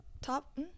top